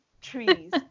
trees